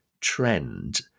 trend